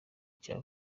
cya